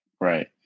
Right